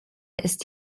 ist